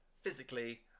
physically